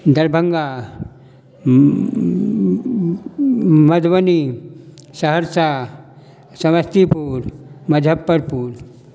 Darbhanga Madhubani Saharsa Samastipur Muzaffarpur